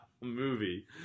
movie